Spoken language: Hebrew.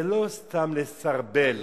זה לא סתם לסרבל.